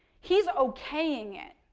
he's okaying it,